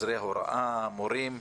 כעוזרי הוראה ומורים.